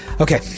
Okay